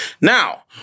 Now